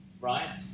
right